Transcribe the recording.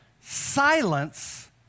silence